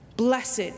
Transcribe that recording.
Blessed